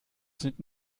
sind